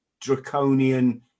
draconian